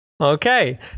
Okay